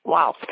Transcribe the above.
Wow